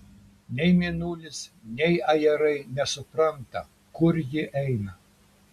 nei mėnulis nei ajerai nesupranta kur ji eina